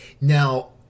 Now